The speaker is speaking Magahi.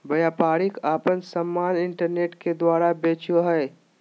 व्यापारी आपन समान इन्टरनेट के द्वारा बेचो हइ